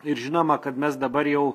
ir žinoma kad mes dabar jau